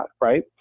right